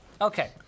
Okay